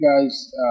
guys